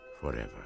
forever